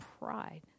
pride